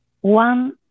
One